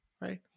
right